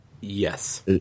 Yes